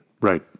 Right